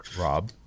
Rob